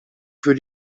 für